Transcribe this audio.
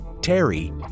Terry